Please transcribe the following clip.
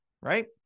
right